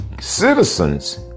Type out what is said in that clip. citizens